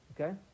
Okay